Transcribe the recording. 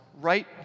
right